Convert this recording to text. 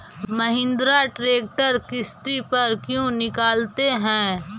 Mahindra tractor किसति पर क्यों निकालते हैं?